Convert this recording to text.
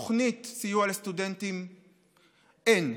תוכניות סיוע לסטודנטים אין.